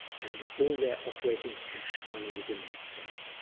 and all their operating cash money was in that safe.